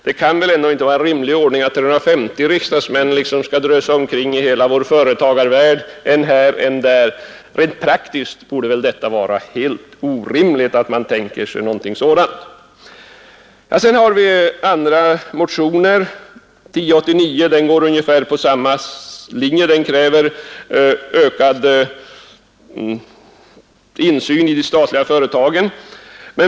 Det är ju rent praktiskt en orimlighet att 350 riksdagsmän drösar omkring i hela vår företagarvärld — än här och än där. Motionen 1089 går ut på ungefär samma sak, dvs. man kräver en ökad insyn i de statliga företagen.